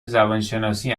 زبانشناسی